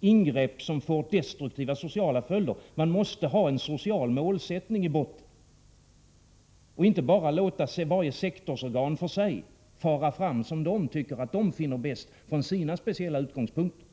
ingrepp som får destruktiva sociala följder. Man måste ha en social målsättning i botten och inte bara låta varje sektorsorgan för sig fara fram som man finner vara bäst ifrån sina speciella utgångspunkter.